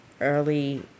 early